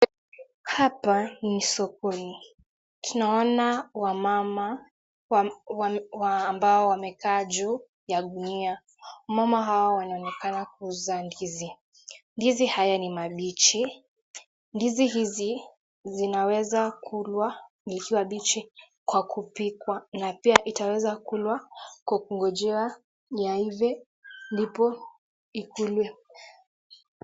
Hapa ni sokoni, tunaona wamama ambao wamekaa ju ya gunia, mama hao wameonekana kuuza ndizi, ndizi haya ni mabichi, ndizi hizi zinaweza kulwa ikowa bichi kwa kupikwa na pia inaweza kulwa kwa kuongojea iive ndivyo ikulwe.